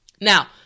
Now